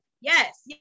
Yes